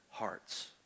Hearts